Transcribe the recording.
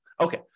Okay